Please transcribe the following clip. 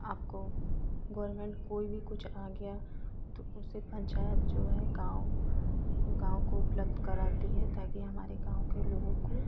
आपको गवर्नमेन्ट कोई भी कुछ आ गया तो उसे पंचायत जो है गाँव गाँव को उपलब्ध कराती है ताकि हमारे गाँव के लोगों को